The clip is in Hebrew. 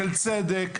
צדק,